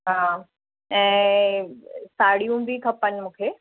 हा ऐं साड़ियूं बि खपनि मूंखे